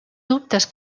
dubtes